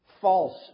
false